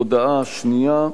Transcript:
הודעה שנייה: